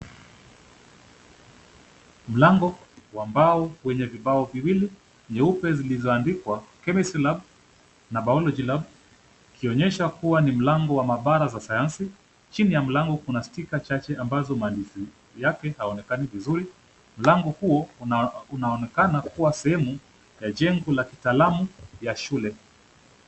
Mlango wa mbao wenye vibao viwili nyeupe zilizoandikwa Chemistry lab na Biology lab ikionyesha kuwa ni mlango wa maabara za sayansi. Chini ya mlango kuna stika chache ambazo maandishi yake haonekani vizuri. Mlango huo unaonekana kuwa sehemu ya jengo la kitaalamu ya shule.